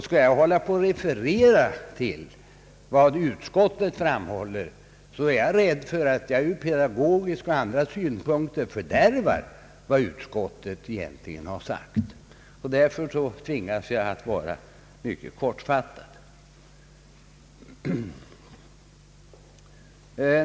"Skall jag hålla på och referera vad utskottet framhåller, är jag rädd att jag från pedagogiska och andra synpunkter fördärvar vad utskottet egentligen har sagt. Därför tvingas jag att vara mycket kortfattad.